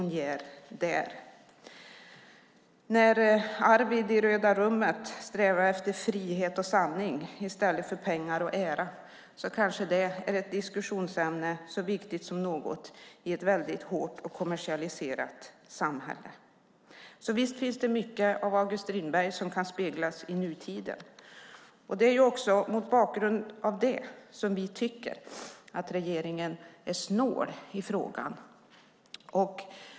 När Arvid i Röda rummet strävar efter frihet och sanning i stället för pengar och ära kanske det är ett diskussionsämne så viktigt som något i ett väldigt hårt och kommersialiserat samhälle. Visst finns det mycket av August Strindberg som kan speglas i nutiden. Det är också mot bakgrund av det som vi tycker att regeringen är snål i frågan.